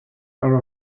are